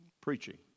preaching